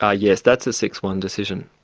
ah yes, that's a six-one decision.